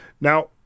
Now